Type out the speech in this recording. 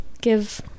give